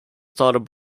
started